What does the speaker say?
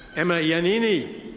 emma ianini.